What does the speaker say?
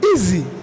Easy